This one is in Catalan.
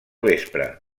vespre